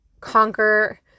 conquer